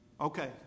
Okay